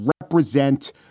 represent